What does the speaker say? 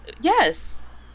Yes